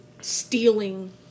stealing